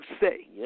say